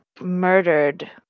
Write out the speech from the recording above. murdered